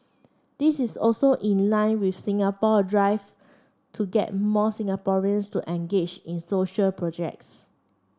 this is also in line with Singapore drive to get more Singaporeans to engage in social projects